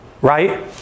right